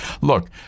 Look